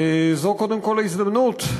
זו קודם כול ההזדמנות,